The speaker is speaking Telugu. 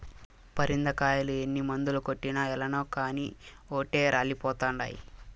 పరింద కాయలు ఎన్ని మందులు కొట్టినా ఏలనో కానీ ఓటే రాలిపోతండాయి